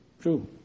True